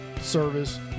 service